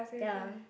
ya